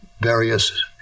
various